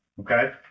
Okay